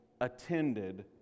attended